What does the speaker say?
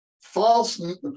False